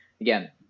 again